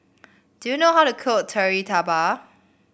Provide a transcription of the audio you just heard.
do you know how to cook Kari Debal